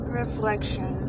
reflection